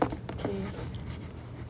okay